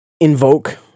invoke